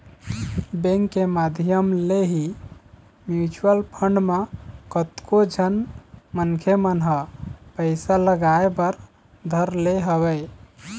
bank के माधियम ले ही म्यूचुवल फंड म कतको झन मनखे मन ह पइसा लगाय बर धर ले हवय